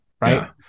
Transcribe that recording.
right